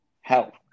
health